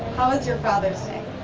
how was your father's day?